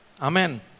Amen